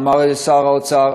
אמר את זה שר האוצר,